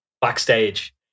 backstage